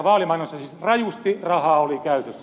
siis rajusti rahaa oli käytössä